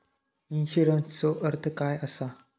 इन्शुरन्सचो अर्थ काय असा?